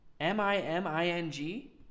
M-I-M-I-N-G